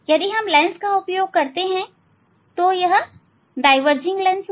यदि हम लेंस का उपयोग करते हैं तो यह डाईवर्जिंग लेंस है